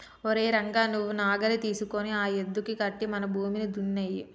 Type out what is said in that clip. ఓరై రంగ నువ్వు నాగలి తీసుకొని ఆ యద్దుకి కట్టి మన భూమిని దున్నేయి